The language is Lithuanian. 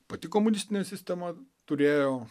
pati komunistinė sistema turėjo